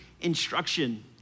instruction